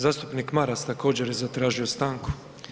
Zastupnik Maras, također, je zatražio stanku.